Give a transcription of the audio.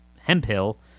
Hemphill